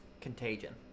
Contagion